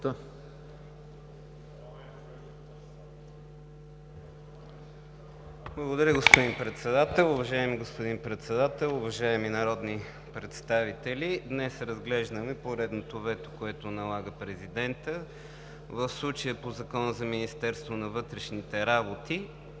Уважаеми господин Председател, уважаеми народни представители! Днес разглеждаме поредното вето, което президентът налага – в случая по Закона за Министерството на вътрешните работи.